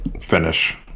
finish